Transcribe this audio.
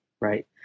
right